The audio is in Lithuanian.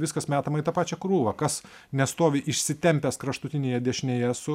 viskas metama į tą pačią krūvą kas nestovi išsitempęs kraštutinėje dešinėje su